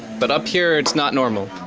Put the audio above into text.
but up here. it's not normal.